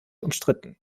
umstritten